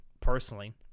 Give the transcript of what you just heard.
personally